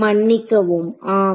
மன்னிக்கவும் ஆம்